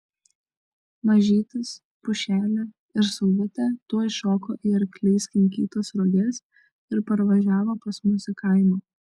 mažytis pušelė ir saulutė tuoj šoko į arkliais kinkytas roges ir parvažiavo pas mus į kaimą